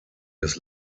des